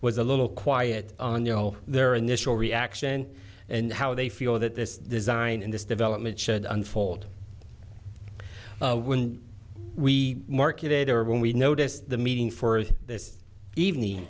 was a little quiet on the whole their initial reaction and how they feel that this design and this development should unfold when we marketed or when we noticed the meeting for this evening